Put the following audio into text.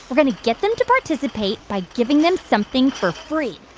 we're going to get them to participate by giving them something for free.